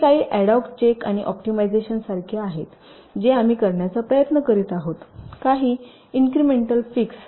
हे काही ad hoc check आणि ऑप्टिमायझेशनसारखे आहेत जे आम्ही करण्याचा प्रयत्न करीत आहोत काही इन्क्रिमेंटल फिक्स